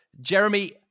Jeremy